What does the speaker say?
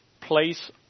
place